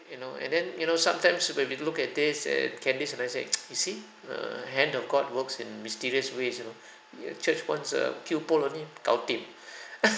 you know and then you know sometimes when we look at this err candace will say you see err hand of god works in mysterious ways you know you church wants a queue pole only gao dim